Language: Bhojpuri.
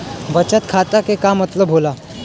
बचत खाता के का मतलब होला?